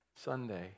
Sunday